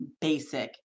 basic